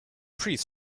pretty